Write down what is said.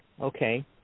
Okay